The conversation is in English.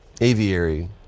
Aviary